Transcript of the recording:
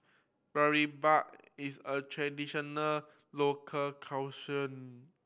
boribap is a traditional local